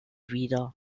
wieder